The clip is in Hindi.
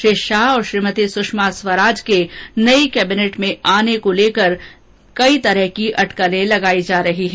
श्री शाह और श्रीमती सुषमा स्वराज के नई कैबिनेट में आने को लेकर विभिन्न प्रकार की अटकलें लगायी जा रही हैं